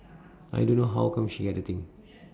I don't know how come she get the thing